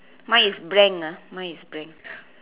mine is blank ah mine is blank